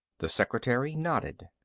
the secretary nodded.